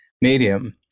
medium